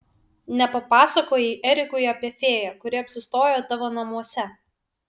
nepapasakojai erikui apie fėją kuri apsistojo tavo namuose